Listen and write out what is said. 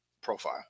profile